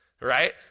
right